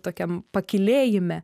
tokiam pakylėjime